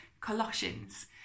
Colossians